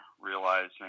realizing